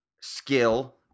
skill